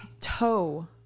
toe